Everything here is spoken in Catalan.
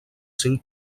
cinc